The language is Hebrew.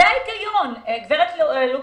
זה ההיגיון, גב' לוקסמבורג.